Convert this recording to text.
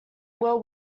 were